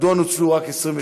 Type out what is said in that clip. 2. מדוע נוצלו רק 27%?